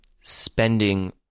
spending